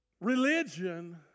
religion